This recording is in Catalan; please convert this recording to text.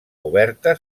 oberta